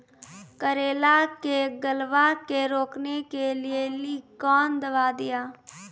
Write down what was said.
करेला के गलवा के रोकने के लिए ली कौन दवा दिया?